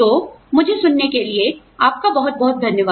तो मुझे सुनने के लिए आपका बहुत बहुत धन्यवाद